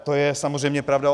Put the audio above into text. To je samozřejmě pravda.